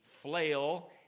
flail